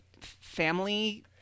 family